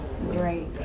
Great